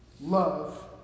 Love